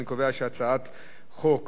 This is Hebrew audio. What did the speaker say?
ההצעה להעביר את הצעת חוק